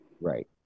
Right